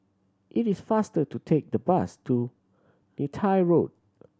it is faster to take the bus to Neythai Road